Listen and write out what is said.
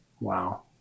Wow